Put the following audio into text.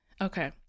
Okay